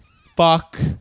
Fuck